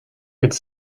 could